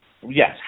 Yes